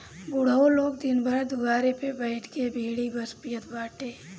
बुढ़ऊ लोग दिन भर दुआरे पे बइठ के बीड़ी बस पियत बाटे